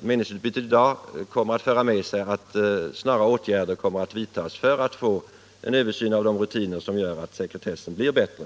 meningsutbytet i dag kommer att föra med sig att snara åtgärder vidtas för att man skall få en översyn av rutinerna så att sekretessen blir bättre.